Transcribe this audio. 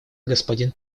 господин